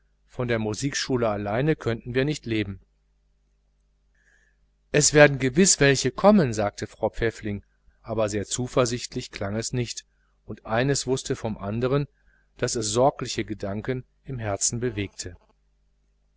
von der musikschule allein könnten wir nicht leben es werden gewiß welche kommen sagte frau pfäffling aber sehr zuversichtlich klang es nicht und eines wußte von dem andern daß es sorgliche gedanken im herzen bewegte